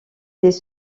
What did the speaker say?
des